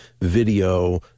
video